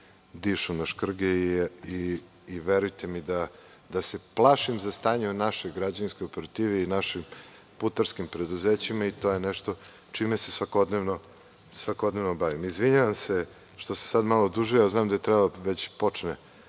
dišu na škrge i verujte mi da se plašim za stanje u našoj građevinskoj operativi i našim putarskim preduzećima i to je nešto čime se svakodnevno bavim. Izvinjavam se što sam sada malo odužio, znam da je trebalo već da počne